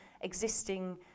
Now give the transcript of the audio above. existing